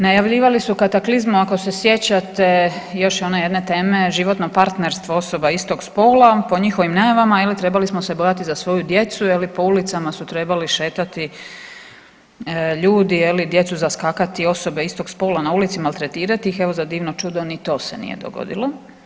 Najavljivali su kataklizmu, ako se sjećate još one jedne teme, životno partnerstvo osoba istog spola, po njihovim najavama, je li, trebali smo se bojati za svoju djecu, je li, po ulicama su trebali šetati ljudi, je li, djecu zaskakati osobe istog spola na ulici, maltretirati ih, evo za divno čudo ni to se nije dogodilo.